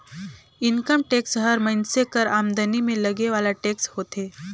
income tax हर मइनसे कर आमदनी में लगे वाला टेक्स होथे